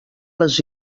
les